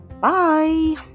Bye